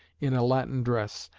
in a latin dress,